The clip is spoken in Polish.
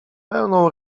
pełną